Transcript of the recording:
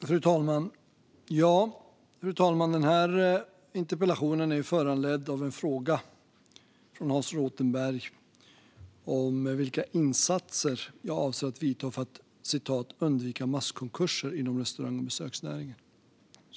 Fru talman! Den här interpellationsdebatten är föranledd av en fråga från Hans Rothenberg om vilka insatser jag avser att vidta för att "undvika masskonkurser inom restaurang och besöksnäringen".